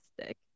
stick